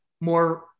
more